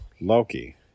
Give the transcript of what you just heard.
loki